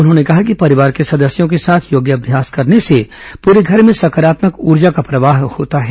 उन्होंने कहा कि परिवार के सदस्यों के साथ योगाम्यास करने से पूरे घर में सकारात्मक ऊर्जा का प्रवाह होता है